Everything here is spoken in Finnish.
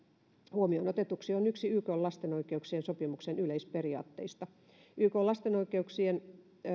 huomioon otetuksi on yksi ykn lasten oikeuksien sopimuksen yleisperiaatteista ykn lasten oikeuksien